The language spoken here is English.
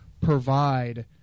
provide